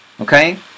Okay